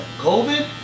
Covid